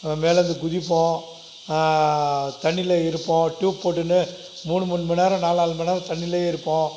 மேலேருந்து குதிப்போம் தண்ணியில் இருப்போம் டியூப் போட்டுன்னு மூணு மூணு மணிநேரம் நாலு நாலு மணிநேரம் தண்ணியிலேயே இருப்போம்